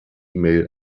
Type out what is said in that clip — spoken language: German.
mail